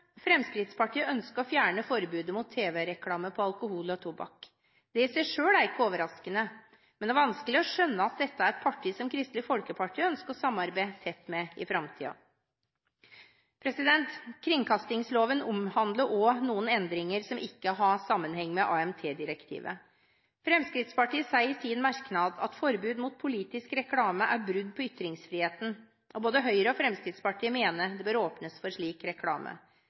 Fremskrittspartiet ønsker å fjerne forbudet mot tv-reklame for alkohol og tobakk. Det i seg selv er ikke overraskende, men det er vanskelig å skjønne at dette er et parti som Kristelig Folkeparti ønsker å samarbeide tett med i framtiden. Kringkastingsloven omhandler også noen endringer som ikke har sammenheng med AMT-direktivet. Fremskrittspartiet sier i sin merknad at forbud mot politisk reklame er brudd på ytringsfriheten, og både Høyre og Fremskrittspartiet mener det bør åpnes for slik reklame.